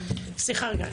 סליחה רגע,